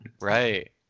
Right